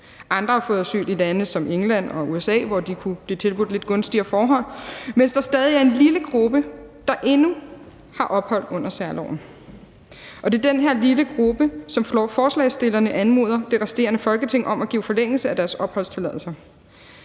andre har fået asyl i lande som England og USA, hvor de kunne blive tilbudt lidt gunstigere forhold, mens der stadig er en lille gruppe, der endnu har ophold efter særloven. Og det er den her lille gruppe, som forslagsstillerne anmoder det resterende Folketing om at give forlængelse af deres opholdstilladelser.